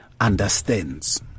understands